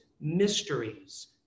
mysteries